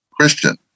christian